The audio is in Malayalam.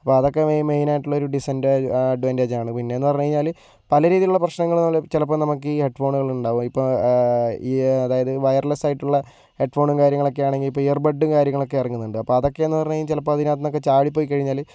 അപ്പോൾ അതൊക്കെ മെയിൻ മെയിൻ ആയിട്ടുള്ളൊരു ഡിസഡ്വാൻ്റേജാണ് പിന്നെയെന്ന് പറഞ്ഞു കഴിഞ്ഞാൽ പല രീതിയിലുള്ള പ്രശ്നങ്ങളാലും ചിലപ്പോൾ നമുക്ക് ഈ ഹെഡ്ഫോണുകൾ ഉണ്ടാകുക ഇപ്പം ഈ അതായത് വയർലെസ്സ് ആയിട്ടുള്ള ഹെഡ്ഫോണും കാര്യങ്ങളൊക്കെയാണെങ്കിൽ ഇപ്പോൾ ഇയർബഡ് കാര്യങ്ങളൊക്കെ ഇറങ്ങുന്നുണ്ട് അപ്പോൾ അതൊക്കെയെന്ന് പറഞ്ഞു കഴിഞ്ഞാൽ ചിലപ്പോ അതിനകത്ത് നിന്നൊക്കെ ചാടിപ്പോയി കഴിഞ്ഞാൽ